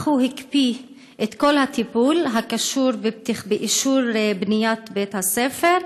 אך הוא הקפיא את כל הטיפול הקשור לאישור של בניית בית-הספר.